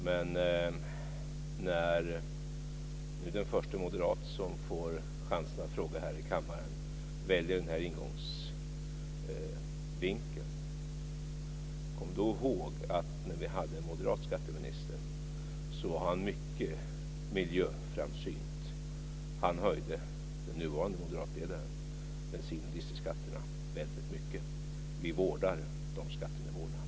Men när nu den första moderat som får chansen att fråga här i kammaren väljer den här ingångsvinkeln, ska man komma ihåg att när vi hade en moderat skatteminister var han mycket miljöframsynt. Den nuvarande moderatledaren höjde bensinoch dieselskatterna väldigt mycket. Vi vårdar de skattenivåerna.